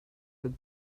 had